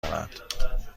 دارد